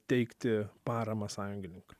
teikti paramą sąjungininkam